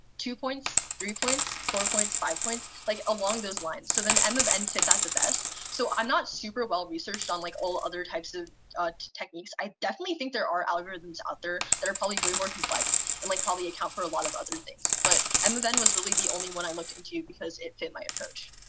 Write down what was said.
two points, three points, four points, five points, like along those lines. so then m of n did that the best. so i'm not super well researched on, like, all other types of techniques. i definitely think there are algorithms out there that are probably way more complex and like probably account for a lot of other things. but m of n was really the only one i looked into because it fit my approach.